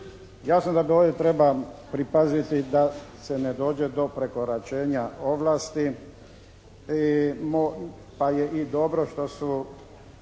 Jasno da ovdje treba pripaziti da se ne dođe do prekoračenja ovlasti pa je i dobro što su